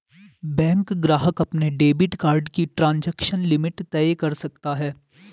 bank ग्राहक अपने debit card की ट्रांज़ैक्शन लिमिट तय कर सकता है